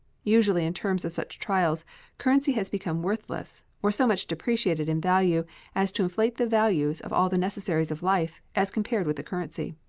usually in times of such trials currency has become worthless, or so much depreciated in value as to inflate the values of all the necessaries of life as compared with the currency.